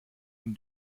une